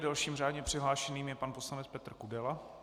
Dalším řádně přihlášeným je pan poslanec Petr Kudela.